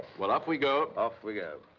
well, off we go. off we go.